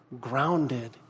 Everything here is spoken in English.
grounded